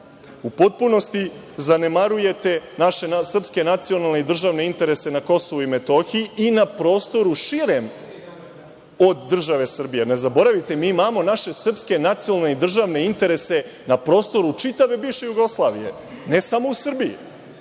u potpunosti zanemarujte naše srpske nacionalne i države interese na KiM i na prostoru širem od države Srbije. Ne zaboravite, imamo naše srpske nacionalne i države interese na prostoru čitave bivše Jugoslavije, ne samo u Srbiji.